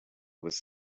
was